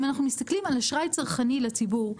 אם אנחנו מסתכלים על אשראי צרכני לציבור,